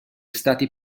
stati